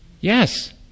Yes